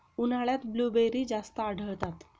उन्हाळ्यात ब्लूबेरी जास्त आढळतात